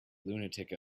lunatic